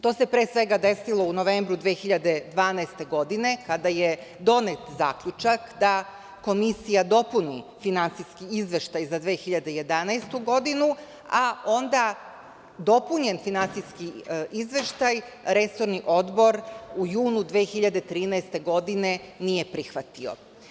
To se pre svega desilo u novembru 2012. godine kada je donet zaključak da komisija dopuni Finansijski izveštaj za 2011. godinu, a onda dopunjen Finansijski izveštaj resorni odbor u junu 2013. godine nije prihvatio.